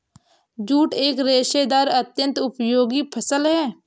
jute एक रेशेदार अत्यन्त उपयोगी फसल है